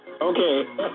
Okay